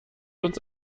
uns